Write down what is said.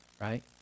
right